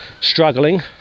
struggling